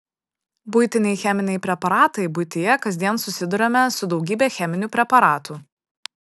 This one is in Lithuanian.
buitiniai cheminiai preparatai buityje kasdien susiduriame su daugybe cheminių preparatų